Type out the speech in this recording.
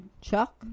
Chuck